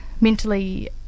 mentally